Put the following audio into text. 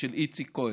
של איציק כהן.